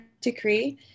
decree